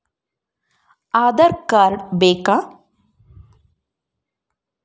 Aadhaar card ಬೇಕಾ?